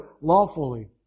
lawfully